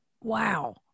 Wow